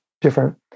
different